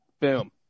Boom